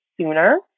sooner